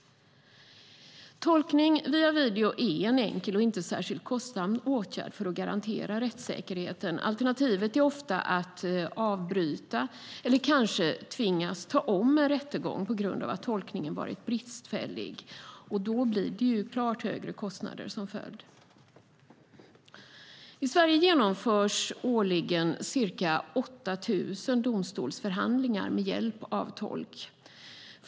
Tolkning via video är en enkel och inte särskilt kostsam åtgärd för att garantera rättssäkerheten. Alternativet är ofta att avbryta och kanske tvingas ta om en rättegång på grund av att tolkningen varit bristfällig. Då blir det klart högre kostnader som följd. I Sverige genomförs årligen ca 8 000 domstolsförhandlingar med hjälp av tolk.